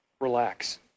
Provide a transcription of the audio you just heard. relax